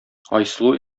айсылу